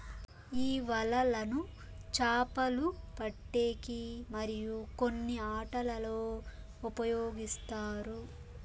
ఈ వలలను చాపలు పట్టేకి మరియు కొన్ని ఆటలల్లో ఉపయోగిస్తారు